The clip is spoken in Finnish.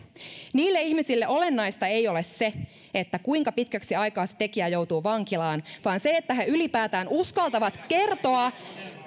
niille ihmisille olennaista ei ole se kuinka pitkäksi aikaa se tekijä joutuu vankilaan vaan se että he ylipäätään uskaltavat kertoa